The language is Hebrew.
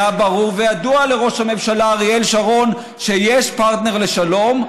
היה ברור וידוע לראש הממשלה אריאל שרון שיש פרטנר לשלום,